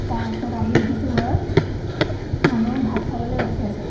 তাৰ পাছত আহি দেখিছোঁ ঘৰত মানুহ ভাত খাবলৈ ৰখি আছে